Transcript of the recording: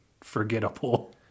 Forgettable